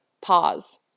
Pause